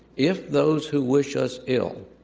if those who wish us ill,